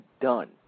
done